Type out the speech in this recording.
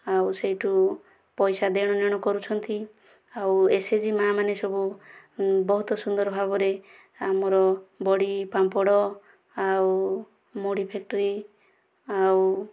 ଆଉ ସେଇଠୁ ପଇସା ଦେଣ ନେଣ କରୁଛନ୍ତି ଆଉ ଏସଏଚଜି ମା' ମାନେ ସବୁ ବହୁତ ସୁନ୍ଦର ଭାବରେ ଆମର ବଡ଼ି ପାମ୍ପଡ଼ ଆଉ ମୁଢ଼ି ଫାକ୍ଟ୍ରି ଆଉ